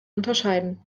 unterscheiden